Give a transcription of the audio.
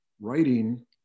writing